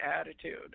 attitude